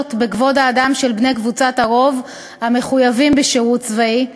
בכבוד האדם של בני קבוצת הרוב המחויבים בשירות צבאי,